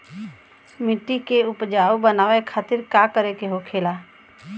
मिट्टी की उपजाऊ बनाने के खातिर का करके होखेला?